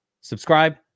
subscribe